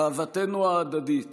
אהבתנו ההדדית